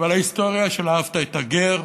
ועל ההיסטוריה של ואהבת את הגר,